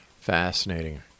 Fascinating